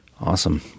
Awesome